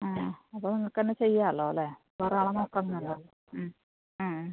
ആ അപ്പോൾ നിങ്ങൾക്ക് തന്നെ ചെയ്യാമല്ലോ അല്ലേ വേറെ ആളെ നോക്കേണ്ടല്ലോ ആ